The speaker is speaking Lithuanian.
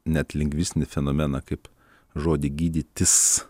net lingvistinį fenomeną kaip žodį gydytis